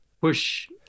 push